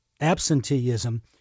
absenteeism